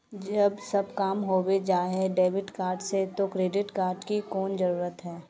जब सब काम होबे जाय है डेबिट कार्ड से तो क्रेडिट कार्ड की कोन जरूरत है?